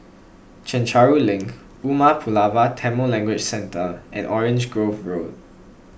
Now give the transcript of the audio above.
Chencharu Link Umar Pulavar Tamil Language Centre and Orange Grove Road